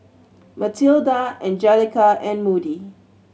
Matilda Angelica and Moody